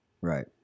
Right